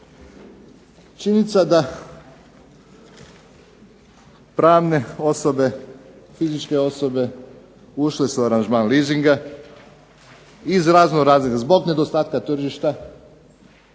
je da pravne osobe, fizičke osobe ušle su aranžman leasinga iz raznoraznih, zbog nedostatka tržišta